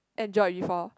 Android before